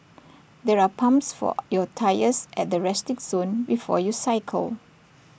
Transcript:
there are pumps for your tyres at the resting zone before you cycle